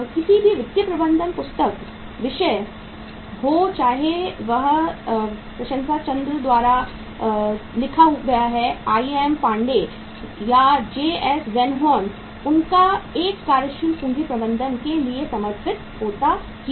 किसी भी वित्तीय प्रबंधन विषय पुस्तक हो चाहे वह प्रसन्ना चंद्रा द्वारा लिखा गया है आई एम पांडे या जे सी वैन होर्न उनका एक कार्यशील पूंजी प्रबंधन के लिए समर्पित होता ही है